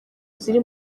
ziri